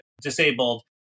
disabled